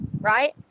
right